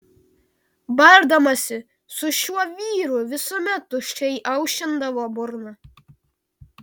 bardamasi su šiuo vyru visuomet tuščiai aušindavo burną